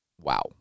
Wow